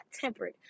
tempered